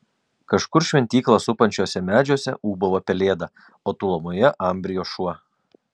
kažkur šventyklą supančiuose medžiuose ūbavo pelėda o tolumoje ambrijo šuo